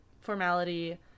formality